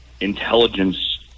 intelligence